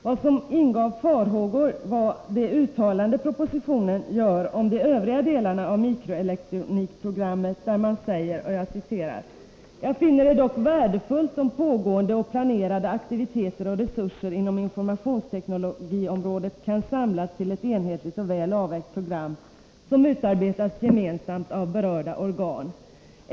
Vad som inger farhågor är det uttalande som görs i propositionen om de övriga delarna av mikroelektronikprogrammet. Där står: ”Jag finner det dock värdefullt om pågående och planerade aktiviteter och resurser inom informationsteknologiområdet kan samlas till ett enhetligt och väl avvägt program, som utarbetas gemensamt av berörda organ.